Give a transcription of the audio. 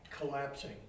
collapsing